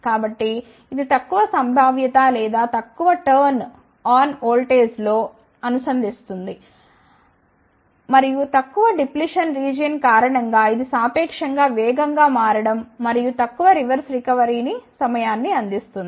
కాబట్టి ఇది తక్కువ సంభావ్యత లేదా తక్కువ టర్న్ ఆన్ వోల్టేజ్లో ను అందిస్తుంది మరియు తక్కువ డిప్లిషన్ రీజియన్ కారణం గా ఇది సాపేక్షం గా వేగంగా మారడం మరియు తక్కువ రివర్స్ రికవరీ సమయాన్ని అందిస్తుంది